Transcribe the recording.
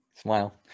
Smile